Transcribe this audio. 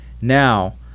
Now